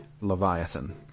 Leviathan